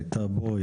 הייתה פה,